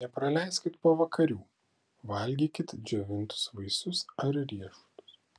nepraleiskit pavakarių valgykit džiovintus vaisius ar riešutus